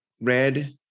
red